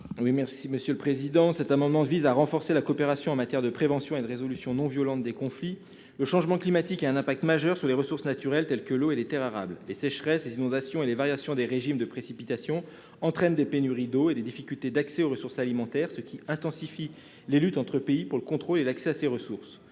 Guillaume Gontard. Cet amendement vise à renforcer la coopération en matière de prévention et de résolution non violente des conflits. Le changement climatique a un impact majeur sur les ressources naturelles telles que l'eau et les terres arables. Les sécheresses, les inondations et les variations des régimes de précipitations entraînent des pénuries d'eau et des difficultés d'accès aux ressources alimentaires, ce qui intensifie les luttes entre pays pour le contrôle et l'accès à ces ressources.